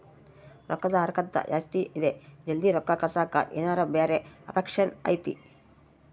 ರೊಕ್ಕದ ಹರಕತ್ತ ಜಾಸ್ತಿ ಇದೆ ಜಲ್ದಿ ರೊಕ್ಕ ಕಳಸಕ್ಕೆ ಏನಾರ ಬ್ಯಾರೆ ಆಪ್ಷನ್ ಐತಿ?